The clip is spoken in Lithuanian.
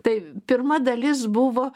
tai pirma dalis buvo